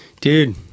Dude